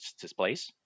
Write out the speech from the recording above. displays